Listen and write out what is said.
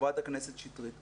חברת הכנסת שטרית,